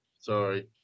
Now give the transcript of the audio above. sorry